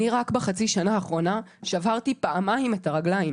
רק בחצי שנה האחרונה שברתי את הרגליים